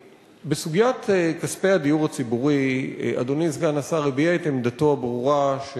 בסוגיית כספי הדיור הציבורי אדוני סגן השר הביע את עמדתו הברורה,